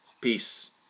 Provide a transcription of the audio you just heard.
Peace